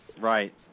right